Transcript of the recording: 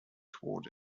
toward